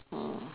oh